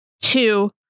Two